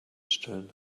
stillen